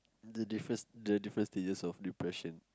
the difference the different stages of depression